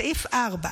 סעיף 4,